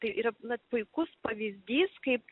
tai yra na puikus pavyzdys kaip